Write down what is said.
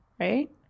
right